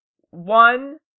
one